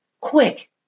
quick